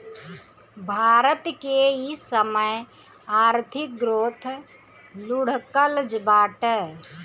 भारत के इ समय आर्थिक ग्रोथ लुढ़कल बाटे